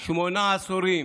שמונה עשורים.